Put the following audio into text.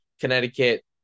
Connecticut